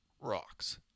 rocks